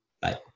Bye